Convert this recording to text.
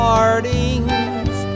Partings